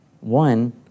one